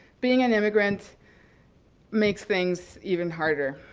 being an immigrant makes things even harder.